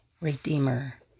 Redeemer